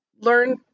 learn